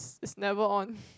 it's never on